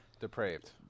depraved